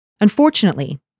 Unfortunately